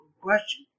question